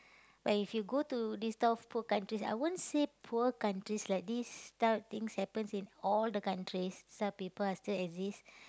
but if you go to these type of poor countries I won't say poor countries like this type of things happens in all the countries some people are still exist